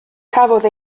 cafodd